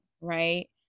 right